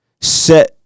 set